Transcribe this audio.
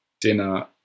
dinner